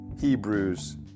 Hebrews